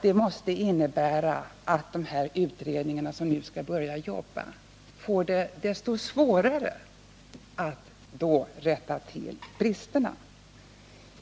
Det måste innebära att de utredningar som nu skall börja jobba får det ännu svårare att rätta till bristerna.